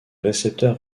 récepteurs